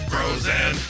Frozen